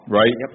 right